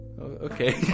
Okay